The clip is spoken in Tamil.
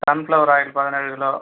சன்ஃப்ளவர் ஆயில் பதினேழு கிலோ